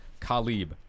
Khalib